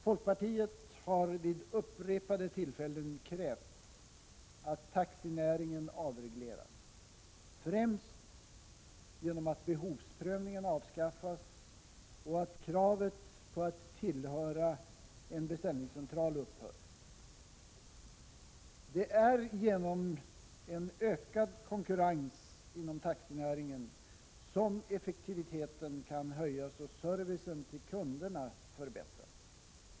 Folkpartiet har vid upprepade tillfällen krävt att taxinäringen avregleras, främst genom att behovsprövningen avskaffas och att kravet på att tillhöra en beställningscentral upphör. Det är genom en ökad konkurrens inom taxinäringen som effektiviteten kan höjas och servicen till kunderna förbättras.